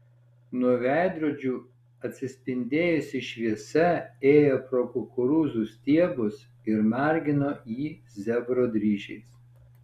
nuo veidrodžių atsispindėjusi šviesa ėjo pro kukurūzų stiebus ir margino jį zebro dryžiais